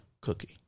cookie